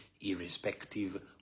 irrespective